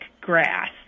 grass